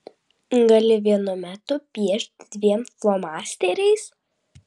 gali vienu metu piešti dviem flomasteriais